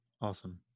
Awesome